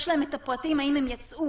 יש להם את הפרטים האם הם יצאו,